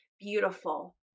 beautiful